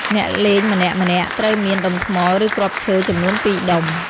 អ្នកលេងម្នាក់ៗត្រូវមាន ដុំថ្ម (ឬគ្រាប់ឈើ) ចំនួន ២ ដុំ។